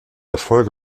erfolg